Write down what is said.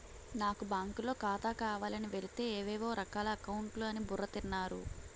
నాకు బాంకులో ఖాతా కావాలని వెలితే ఏవేవో రకాల అకౌంట్లు అని బుర్ర తిన్నారు